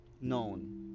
known